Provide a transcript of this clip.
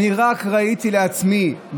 אני רק ראיתי לעצמי,